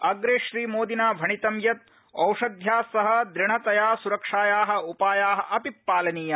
अप्रे श्री मोदिना भणितंयत् औषध्या सह दृढ़तया स्रक्षाया उपाया अपि पालनीया